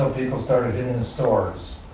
people started hitting the stores.